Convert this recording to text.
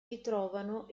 ritrovano